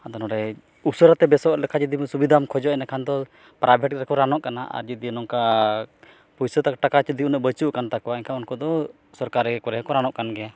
ᱟᱫᱚ ᱱᱚᱰᱮ ᱩᱥᱟᱹᱨᱟᱛᱮ ᱵᱮᱥᱚᱜ ᱞᱮᱠᱟ ᱡᱩᱫᱤᱢ ᱥᱩᱵᱤᱫᱟᱢ ᱠᱷᱚᱡᱚᱜᱼᱟ ᱤᱱᱟᱹᱠᱷᱟᱱᱫᱚ ᱯᱨᱟᱭᱵᱷᱮᱴ ᱨᱮᱠᱚ ᱨᱟᱱᱚᱜ ᱠᱟᱱᱟ ᱟᱨ ᱡᱩᱫᱤ ᱱᱚᱝᱠᱟ ᱯᱩᱭᱥᱟᱹ ᱛᱟᱠᱚ ᱴᱟᱠᱟ ᱡᱩᱫᱤ ᱩᱱᱟᱹᱜ ᱵᱟᱪᱩᱜ ᱠᱟᱱ ᱛᱟᱠᱚᱣᱟ ᱮᱱᱠᱷᱟᱱ ᱩᱱᱠᱩ ᱫᱚ ᱥᱚᱨᱠᱟᱨᱤ ᱠᱚᱨᱮ ᱜᱮᱠᱚ ᱨᱟᱱᱚᱜ ᱠᱟᱱ ᱜᱮᱭᱟ